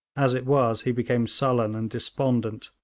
as it was he became sullen and despondent,